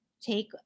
take